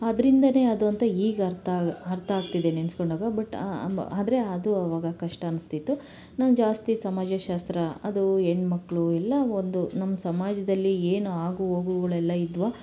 ಅದರಿಂದನೇ ಅದು ಅಂತ ಈಗ ಅರ್ಥ ಆಗು ಅರ್ಥ ಆಗ್ತಿದೆ ನೆನೆಸ್ಕೊಂಡಾಗ ಬಟ್ ಆದರೆ ಅದು ಅವಾಗ ಕಷ್ಟ ಅನ್ನಿಸ್ತಿತ್ತು ನಾನು ಜಾಸ್ತಿ ಸಮಾಜಶಾಸ್ತ್ರ ಅದು ಹೆಣ್ಮಕ್ಳು ಎಲ್ಲ ಒಂದು ನಮ್ಮ ಸಮಾಜದಲ್ಲಿ ಏನು ಆಗುಹೋಗುಗಳೆಲ್ಲ ಇದ್ವೋ